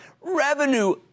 revenue